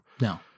No